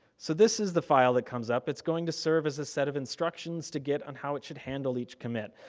so, this is the file that comes up. it's going to serve as a set of instructions to git on how it should handle each commit.